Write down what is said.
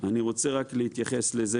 אני רוצה רק להתייחס לזה